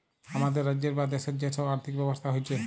হামাদের রাজ্যের বা দ্যাশের যে সব আর্থিক ব্যবস্থা হচ্যে